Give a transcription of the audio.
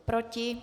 Proti?